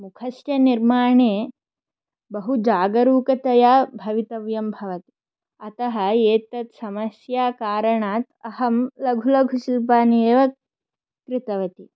मुखस्य निर्माणे बहुजागरुकतया भवितव्यं भवति अतः येतत् समस्याकारणात् अहं लघु लघुशिल्पानि एव कृतवती